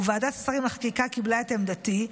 וועדת שרים לחקיקה קיבלה את עמדתי,